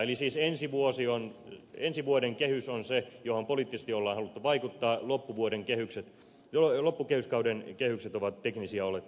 eli siis ensi vuoden kehys on se johon poliittisesti on haluttu vaikuttaa loppukehyskauden kehykset ovat teknisiä olettamia